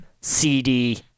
CD